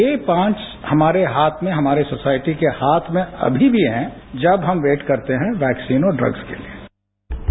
यह पांच हमारे हाथ में हमारे सोसायटी के हाथ में अमी भी हैं जब हम वेट करते हैं वैक्सीन और ड्रग्स के लिये